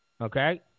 okay